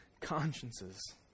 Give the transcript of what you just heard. consciences